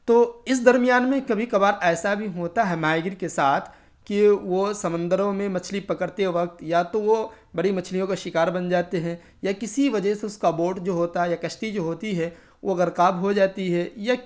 تو اس درمیان میں کبھی کبھار ایسا بھی ہوتا ہے ماہی گیر کے ساتھ کہ وہ سمندروں میں مچھلی پکڑتے وقت یا تو وہ بڑی مچھلیوں کا شکار بن جاتے ہیں یا کسی وجہ سے اس کا بوٹ جو ہوتا ہے یا کشتی جو ہوتی ہے وہ غرقاب ہو جاتی ہے یا